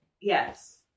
Yes